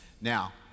Now